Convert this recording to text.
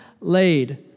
laid